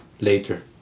later